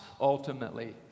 ultimately